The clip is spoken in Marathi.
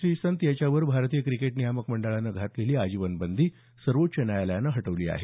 श्रीसंत याच्यावर भारतीय क्रिकेट नियामक मंडळानं घातलेली आजीवन बंदी सर्वोच्च न्यायालयानं हटवली आहे